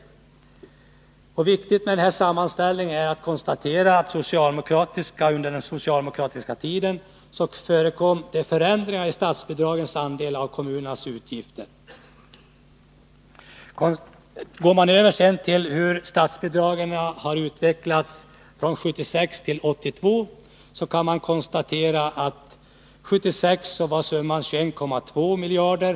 Det är viktigt att utifrån denna sammanställning konstatera att under den socialdemokratiska tiden förekom förändringar i statsbidragens andel av kommunernas utgifter. Går man sedan över till att studera hur statsbidragen har utvecklat sig från 1976 till 1982 kan man konstatera att summan 1976 var 21,2 miljarder.